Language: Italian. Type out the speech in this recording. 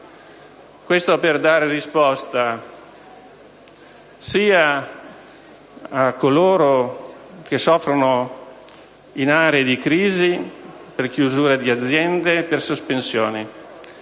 serve per dare risposta a coloro che soffrono in aree di crisi per chiusura di aziende e per sospensioni.